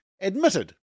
admitted